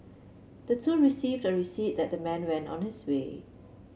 the two received a receipt that the man went on his way